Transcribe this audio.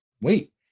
wait